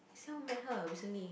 that's how I met her recently